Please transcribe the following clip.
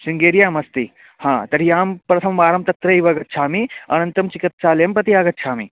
शृङ्गेर्याम् अस्ति हा तर्हि अहं प्रथमवारं तत्रैव गच्छामि अनन्तरं चिकित्सालयं प्रति आगच्छामि